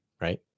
Right